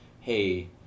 hey